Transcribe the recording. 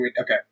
Okay